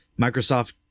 Microsoft –